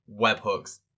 webhooks